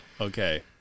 Okay